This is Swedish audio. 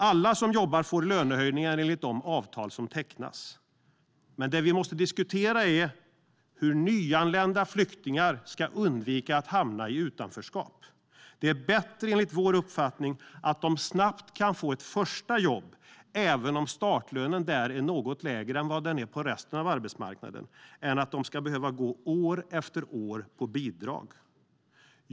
Alla som jobbar får lönehöjningar enligt de avtal som tecknas, men det vi måste diskutera är hur nyanlända flyktingar ska undvika att hamna i utanförskap. Det är enligt vår uppfattning bättre att de snabbt kan få ett första jobb, även om startlönen där är något lägre än vad den är på resten av arbetsmarknaden, än att de ska behöva gå år efter år på bidrag.